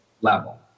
level